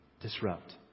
disrupt